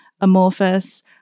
amorphous